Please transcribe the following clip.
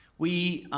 we,